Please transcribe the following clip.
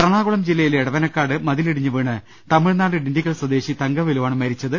എറണാകുളം ജില്ലയിലെ എടവനക്കാട് മതിൽ ഇടിഞ്ഞുവീണ് തമിഴ്നാട് ഡിണ്ടിഗൽ സ്വദേശി തങ്കവേലു വാണ് മരിച്ചത്